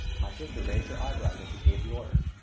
my sister raised her eyebrows as she gave the order.